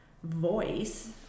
voice